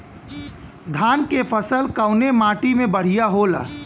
धान क फसल कवने माटी में बढ़ियां होला?